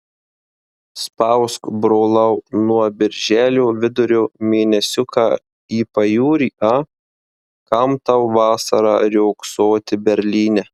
spausk brolau nuo birželio vidurio mėnesiuką į pajūrį a kam tau vasarą riogsoti berlyne